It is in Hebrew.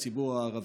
הציבור הערבי.